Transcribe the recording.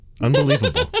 Unbelievable